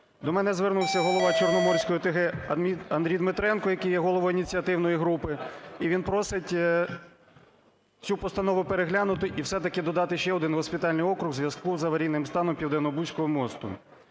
До мене звернувся голова Чорноморської ОТГ Андрій Дмитренко, який є головою ініціативної групи, і він просить цю постанову переглянути і все-таки додати ще один госпітальний округ у зв'язку з аварійним станом Південнобузького мосту.